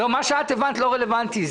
מה שאת הבנת לא רלוונטי.